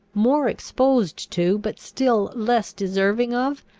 more exposed to, but still less deserving of,